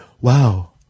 wow